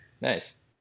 nice